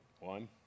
One